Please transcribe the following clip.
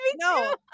no